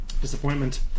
Disappointment